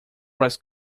was